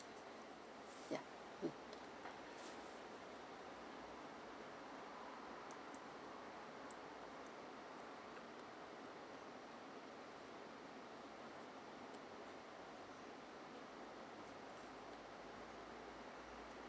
ya mm